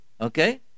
okay